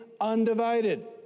undivided